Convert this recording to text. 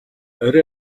орой